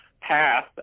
path